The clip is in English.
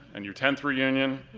and your tenth reunion,